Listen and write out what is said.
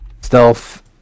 stealth